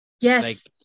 Yes